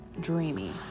dreamy